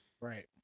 Right